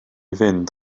fynd